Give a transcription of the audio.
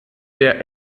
der